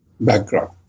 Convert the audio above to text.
background